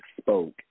spoke